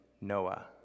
Noah